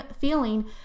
feeling